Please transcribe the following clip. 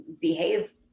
behave